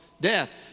death